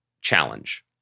challenge